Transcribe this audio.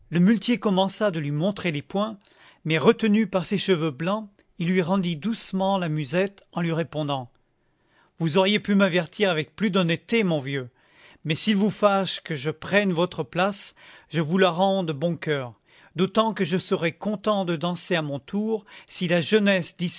commença de lui montrer les poings mais retenu par ses cheveux blancs il lui rendit doucement la musette en lui répondant vous auriez pu m'avertir avec plus d'honnêteté mon vieux mais s'il vous fâche que je prenne votre place je vous la rends de bon coeur d'autant que je serai content de danser à mon tour si la jeunesse